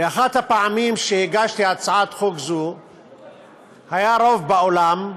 באחת הפעמים שהגשתי הצעת חוק זו היה רוב באולם,